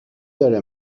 داره